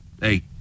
hey